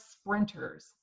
sprinters